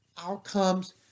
outcomes